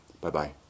Bye-bye